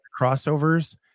crossovers